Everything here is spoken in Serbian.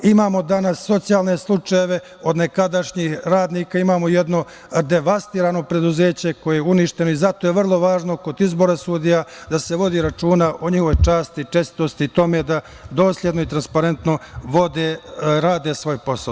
Imamo danas socijalne slučajeve od nekadašnjih radnika, imamo jedno devastirano preduzeće koje je uništeno i zato je vrlo važno kod izbora sudija da se vodi računa o njihovoj časti, čestitosti i tome da dosledno i transparentno rade svoj posao.